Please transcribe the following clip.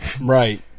Right